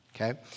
Okay